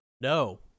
no